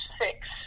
six